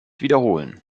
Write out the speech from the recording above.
wiederholen